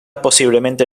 posiblemente